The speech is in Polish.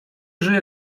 żyje